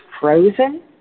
frozen